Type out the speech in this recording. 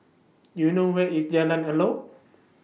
Do YOU know Where IS Jalan Elok